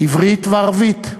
עברית וערבית.